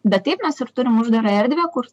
bet taip mes ir turim uždarą erdvę kur